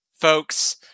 folks